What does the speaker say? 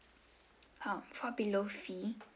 um fall below fee